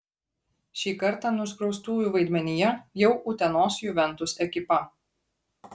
šį kartą nuskriaustųjų vaidmenyje jau utenos juventus ekipa